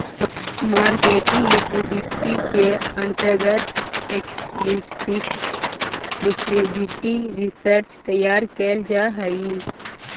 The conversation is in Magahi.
मार्केटिंग लिक्विडिटी के अंतर्गत एक्सप्लिसिट लिक्विडिटी रिजर्व तैयार कैल जा हई